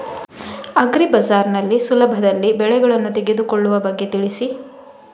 agri ಬಜಾರ್ ನಲ್ಲಿ ಸುಲಭದಲ್ಲಿ ಬೆಳೆಗಳನ್ನು ತೆಗೆದುಕೊಳ್ಳುವ ಬಗ್ಗೆ ತಿಳಿಸಿ